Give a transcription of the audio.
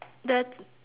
the